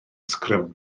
sgrym